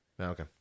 Okay